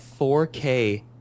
4K